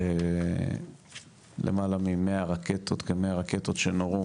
למעלה מ-100 רקטות שנורו